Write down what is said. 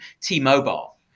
T-Mobile